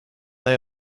they